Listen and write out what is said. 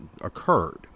occurred